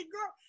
girl